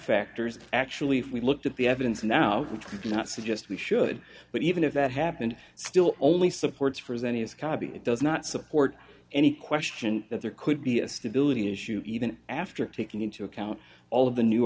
factors actually if we looked at the evidence now contribute not suggest we should but even if that happened still only supports for as any as copy it does not support any question that there could be a stability issue even after taking into account all of the new